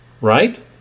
Right